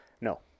No